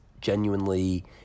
genuinely